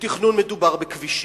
בתכנון מדובר בכבישים,